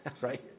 right